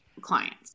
clients